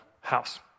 house